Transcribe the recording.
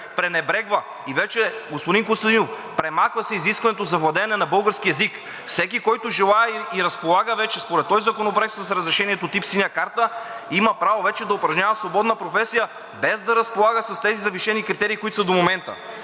пренебрегва. И вече, господин Костадинов, премахва се изискването за владеене на български език. Всеки, който желае и разполага вече, според този законопроект, с разрешението тип Синя карта, има право вече да упражнява свободна професия, без да разполага с тези завишени критерии, които са до момента.